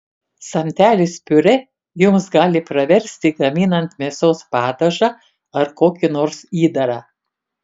samtelis piurė jums gali praversti gaminant mėsos padažą ar kokį nors įdarą